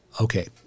Okay